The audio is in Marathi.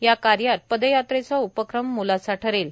या कार्यात पदयाव्रेचा उपक्रम मोलाचा ठरेल